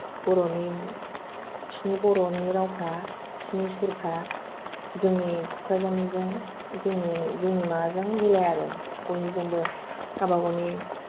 बर'नि बिसोरनि बर'नि रावफ्रा बिसोरनि सुरफ्रा जोंनि क'क्राझारनिजों जोंनि जोंनि माबाजों मिलाया आरो बयनिजोंबो गावबा गावनि